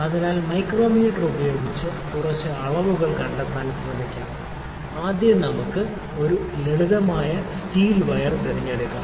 അതിനാൽ മൈക്രോമീറ്റർ ഉപയോഗിച്ച് കുറച്ച് അളവുകൾ കണ്ടെത്താൻ ശ്രമിക്കാം ആദ്യം നമുക്ക് ഒരു ലളിതമായ സ്റ്റീൽ വയർ തിരഞ്ഞെടുക്കാം